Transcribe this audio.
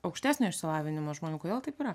aukštesnio išsilavinimo žmonių kodėl taip yra